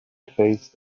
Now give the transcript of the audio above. face